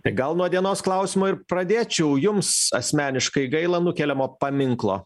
tai gal nuo dienos klausimo ir pradėčiau jums asmeniškai gaila nukeliamo paminklo